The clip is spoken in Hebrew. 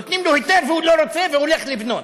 נותנים לו היתר והוא לא רוצה והולך לבנות.